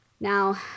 Now